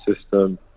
system